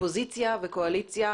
אופוזיציה וקואליציה,